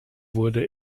wurde